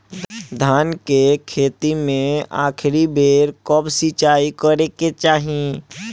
धान के खेती मे आखिरी बेर कब सिचाई करे के चाही?